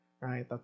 right